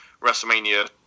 WrestleMania